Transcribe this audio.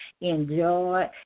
enjoy